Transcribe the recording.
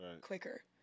quicker